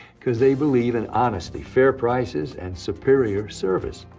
because they believe in honesty, fair prices, and superior service.